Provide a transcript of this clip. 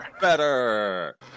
Better